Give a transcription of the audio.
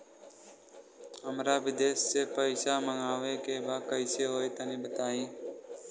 हमरा विदेश से पईसा मंगावे के बा कइसे होई तनि बताई?